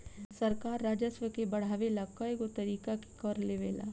सरकार राजस्व के बढ़ावे ला कएगो तरीका के कर लेवेला